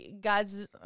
God's